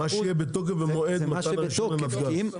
--- מה שיהיה בתוקף במועד מתן הרישיון לנתג"ז.